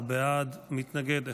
14 בעד, מתנגד אחד.